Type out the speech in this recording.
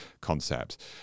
concept